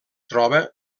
troba